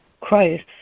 Christ